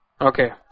Okay